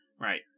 right